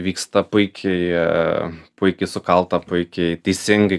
vyksta puikiai puikiai sukalta puikiai teisingai